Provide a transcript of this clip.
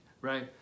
right